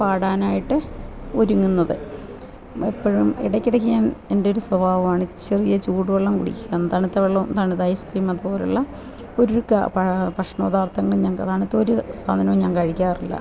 പാടാൻ ആയിട്ട് ഒരുങ്ങുന്നത് എപ്പോഴും ഇടയ്ക്കിടയ്ക്ക് ഞാൻ എൻ്റൊരു സ്വഭാവമാണ് ചെറിയ ചൂട് വെള്ളം കുടിക്കുക തണുത്ത വെള്ളം തണുത്ത ഐസ് ക്രീം അതുപോലുള്ള ഒര് കാ ഭക്ഷണപദാർത്ഥങ്ങളും തണുത്ത ഒരു സാധനവും ഞാൻ കഴിക്കാറില്ല